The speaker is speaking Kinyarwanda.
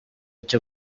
cyo